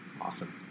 Awesome